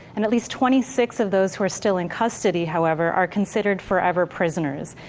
and at least twenty six of those who are still in custody, however, are considered forever prisoners.